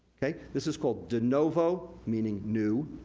this is called denovo, meaning new,